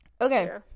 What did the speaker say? Okay